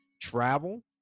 travel